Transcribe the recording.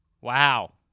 Wow